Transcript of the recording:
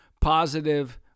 positive